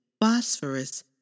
phosphorus